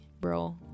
bro